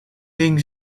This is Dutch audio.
ding